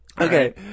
Okay